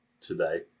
today